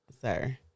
sir